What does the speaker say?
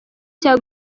cya